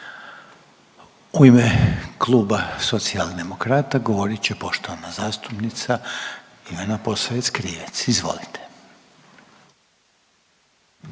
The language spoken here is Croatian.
U ime Kluba socijaldemokrata govorit će poštovana zastupnica Ivana Posavec Krivec. Izvolite.